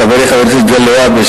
חברי חבר הכנסת מגלי והבה,